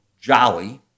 jolly